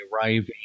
arriving